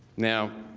now,